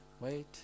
Wait